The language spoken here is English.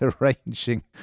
arranging